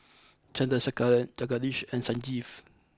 Chandrasekaran Jagadish and Sanjeev